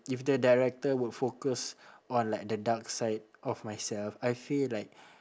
if the director would focus on like the dark side of myself I feel like